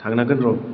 थांनांगोन र'